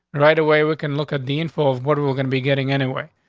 right away we can look at the info of what we're gonna be getting anyway.